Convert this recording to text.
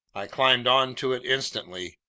i climbed onto it instantly,